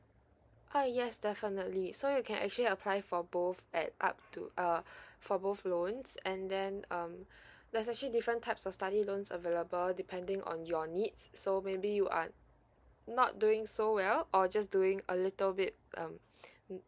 ah yes definitely so you can actually apply for both at up to uh for both loans and then um there's actually different types of study loans available depending on your needs so maybe you are not doing so well or just doing a little bit um